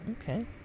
Okay